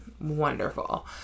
Wonderful